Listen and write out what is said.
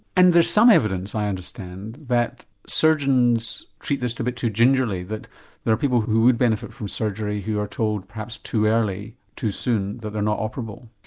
and there's some evidence i understand that surgeons treat this a bit too gingerly, that there are people who would benefit from surgery who are told perhaps too early, too soon, that they're not operable?